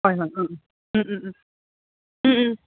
ꯍꯣꯏ ꯍꯣꯏ ꯎꯝ ꯎꯝ ꯎꯝ ꯎꯝ ꯎꯝ ꯎꯝ ꯎꯝ